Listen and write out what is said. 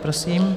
Prosím.